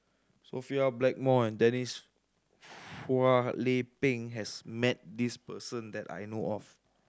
Sophia Blackmore and Denise Phua Lay Peng has met this person that I know of